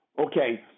Okay